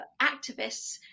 activists